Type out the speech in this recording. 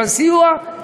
אבל סיוע,